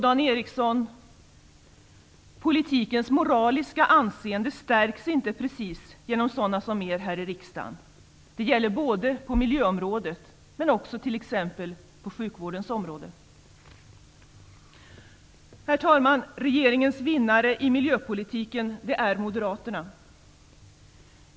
Dan Ericsson, politikens moraliska anseende stärks inte precis genom sådana som er här i riksdagen. Det gäller både på miljöområdet och också t.ex. på sjukvårdens område. Herr talman! Regeringens vinnare i miljöpolitiken är Moderaterna.